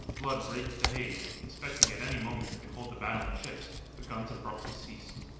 blood raked the haze, expecting at any moment to behold the battling ships, the guns abruptly ceased.